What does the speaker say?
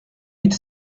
mille